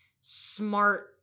smart